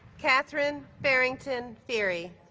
katherine farrington fearey